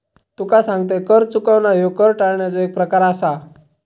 तुका सांगतंय, कर चुकवणा ह्यो कर टाळण्याचो एक प्रकार आसा